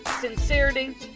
sincerity